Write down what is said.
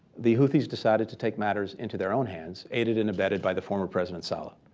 the houthis decided to take matters into their own hands, aided and abetted by the former president saleh,